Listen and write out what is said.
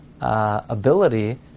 Ability